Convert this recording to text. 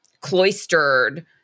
cloistered